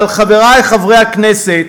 אבל, חברי חברי הכנסת